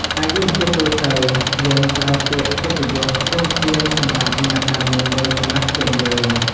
អាយុ ជាទូទៅ យើងប្រើពាក្យកិត្តិយសខ្ពស់ជាងសម្រាប់អ្នកដែលមានវ័យចំណាស់ជាងយើង។